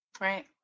Right